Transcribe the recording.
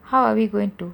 how are we going to